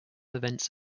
events